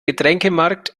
getränkemarkt